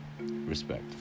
Respect